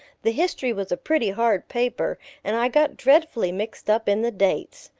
the history was a pretty hard paper and i got dreadfully mixed up in the dates.